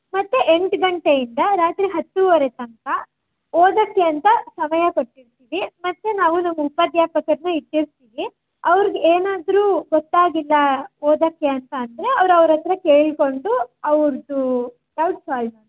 ಮತ್ತೆ ಎಂಟು ಗಂಟೆಯಿಂದ ರಾತ್ರಿ ಹತ್ತುವರೆ ತನಕ ಓದೋಕ್ಕೆ ಅಂತ ಸಮಯ ಕೊಟ್ಟಿರ್ತೀವಿ ಮತ್ತು ನಾವು ನಮ್ಮ ಅಧ್ಯಾಪಕರನ್ನು ಇಟ್ಟಿರ್ತೀವಿ ಅವರಿಗೆ ಏನಾದರೂ ಗೊತ್ತಾಗಿಲ್ಲ ಓದೋಕ್ಕೆ ಅಂತ ಅಂದರೆ ಅವರು ಅವರ ಹತ್ರ ಕೇಳಿಕೊಂಡು ಅವರದು ಡೌಟ್ಸ್ ಸಾಲ್ವ್ ಮಾಡ್